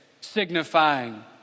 signifying